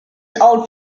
old